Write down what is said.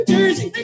Jersey